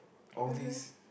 all these